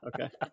Okay